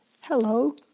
hello